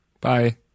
Bye